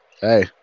Hey